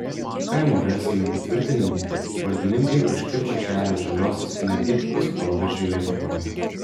kaimo verslininkų tvirtinimu valdininkai užkirto kelią žaliosios energetikos proveržiui lietuvoje